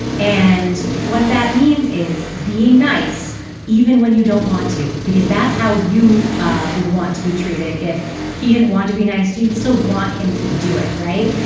and what that means is being nice even when you don't want to because that's how you ah would want to be treated if he didn't want to be nice you'd still want him to do it right.